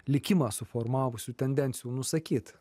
likimą suformavusių tendencijų nusakyt